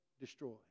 destroy